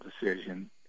decision